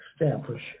establish